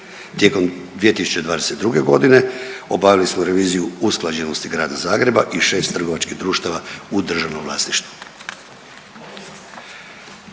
Tijekom 2022.g. obavili smo reviziju usklađenosti grada Zagreba i šest trgovačkih društava u državnom vlasništvu.